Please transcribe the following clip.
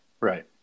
Right